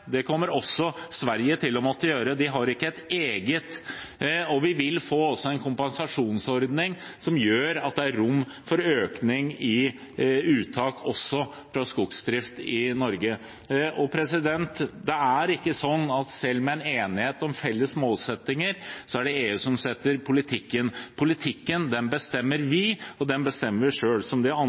Det kommer også Sverige til å måtte gjøre. De har ikke et eget. Vi vil også få en kompensasjonsordning som gjør at det er rom for økning i uttak også fra skogsdrift i Norge. Det er ikke slik at selv med en enighet om felles målsettinger er det EU som setter politikken. Politikken bestemmer vi, og den bestemmer vi selv, som de andre